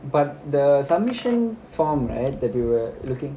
but the submission form right that you were looking